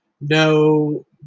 No